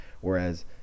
Whereas